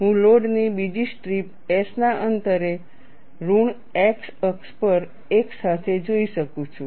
હું લોડ ની બીજી સ્ટ્રીપ s ના અંતરે ઋણ x અક્ષ પર પણ એક સાથે જોઈ શકું છું